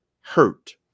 hurt